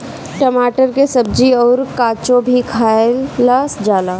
टमाटर के सब्जी अउर काचो भी खाएला जाला